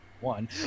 one